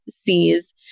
sees